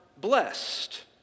blessed